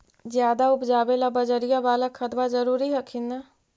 ज्यादा उपजाबे ला बजरिया बाला खदबा जरूरी हखिन न?